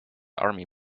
army